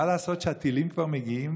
מה לעשות שהטילים כבר מגיעים